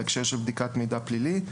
בהקשר של בדיקת מידע פלילי.